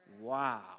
Wow